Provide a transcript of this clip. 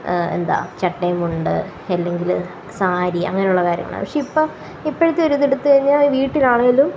എന്താ ചട്ടയും മുണ്ട് അല്ലെങ്കില് സാരി അങ്ങനുള്ള കാര്യങ്ങള് പക്ഷേ ഇപ്പോള് ഇപ്പോഴത്തെ ഒരു ഇത് എടുത്തു കഴിഞ്ഞാല് വീട്ടിലാണേലും